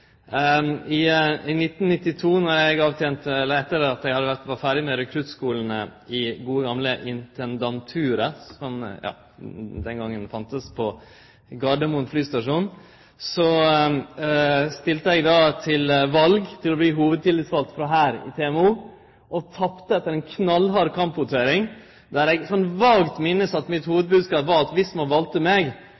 i. I 1992, etter at eg var ferdig med rekruttskulen i det gode gamle intendanturet, som den gongen var på Gardermoen flystasjon, stilte eg til val for å verte hovudtillitsvald frå Hæren i TMO. Eg tapte etter ei knallhard kampvotering, der eg vagt minnest at